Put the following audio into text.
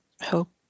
hope